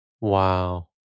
Wow